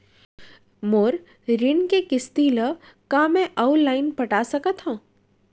मोर ऋण के किसती ला का मैं अऊ लाइन पटा सकत हव?